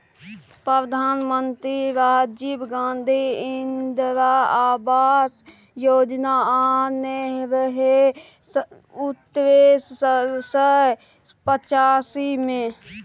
प्रधानमंत्री राजीव गांधी इंदिरा आबास योजना आनने रहय उन्नैस सय पचासी मे